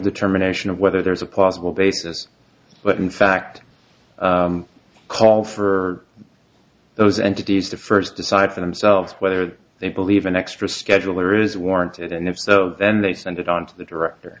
determination of whether there's a possible basis but in fact call for those entities to first decide for themselves whether they believe an extra scheduler is warranted and if so then they send it on to the director